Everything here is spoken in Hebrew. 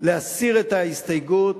להסיר את ההסתייגות,